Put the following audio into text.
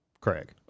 Craig